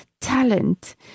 talent